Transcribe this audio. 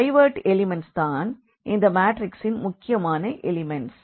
pivot elements தான் இந்த மாற்றிக்ஸின் முக்கியமான எலிமண்ட்ஸ்